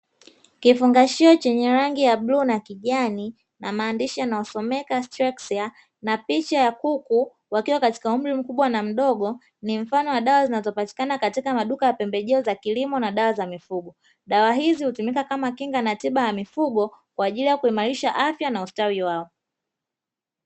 Kifungashio chenye rangi ya bluu na kijani na maandishi na maandishi yanayosomeka "STREXIA", na picha ya kuku wakiwa katika umri mkubwa na mdogo, ni mfano wa dawa zinazopatikana katika maduka ya pembejeo za kilimo na dawa za mifugo. Dawa hizi hutumika kama kinga na tiba ya mifugo kwa ajili ya kuimarisha afya na ustawi wao.